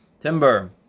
Timber